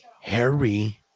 Harry